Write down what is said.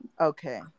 Okay